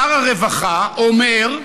שר הרווחה אומר,